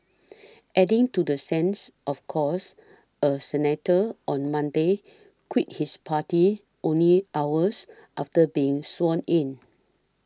adding to the sense of chaos a senator on Monday quit his party only hours after being sworn in